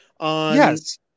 yes